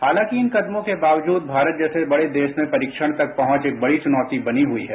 हालांकि इन कदमों के बावजूद भारत जैसे बड़े देश में परीक्षण तक पहुंच एक बहुत बड़ीचुनौती वनी हुई है